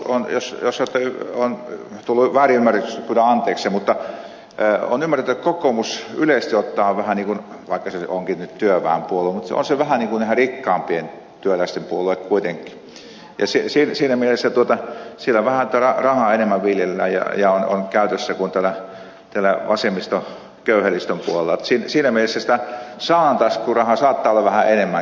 minä luulen jos olen tullut väärinymmärretyksi pyydän anteeksi olen ymmärtänyt että kokoomus yleisesti ottaen vaikka se onkin nyt työväenpuolue on vähän niin kuin rikkaampien työläisten puolue kuitenkin ja siinä mielessä siellä tätä rahaa vähän enemmän viljellään ja on käytössä kuin täällä vasemmiston köyhälistön puolella niin että siinä mielessä sitä saataisiin kun rahaa saattaa olla vähän enemmän käytössä